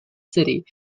city